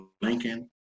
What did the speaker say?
Lincoln